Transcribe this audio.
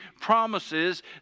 promises